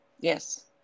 Yes